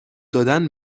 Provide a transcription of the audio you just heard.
دادن